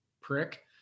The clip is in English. Prick